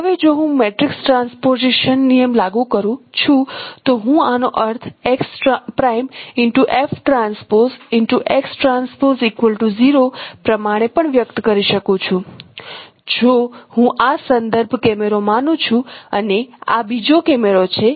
હવે જો હું મેટ્રિક્સ ટ્રાન્સપોઝિશન નિયમ લાગુ કરું છું તો હું આનો અર્થ પ્રમાણે પણ વ્યક્ત કરી શકું છું જો હું આ સંદર્ભ કેમેરો માનું છું અને આ બીજો કેમેરો છે